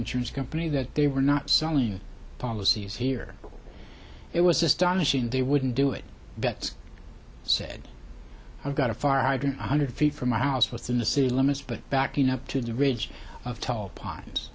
insurance company that they were not selling policies here it was astonishing they wouldn't do it betts said i've got a fire hydrant one hundred feet from my house within the city limits but backing up to the ridge of tall p